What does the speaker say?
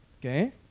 Okay